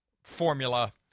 formula